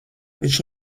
viņš